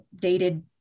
dated